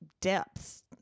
depths